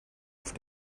auf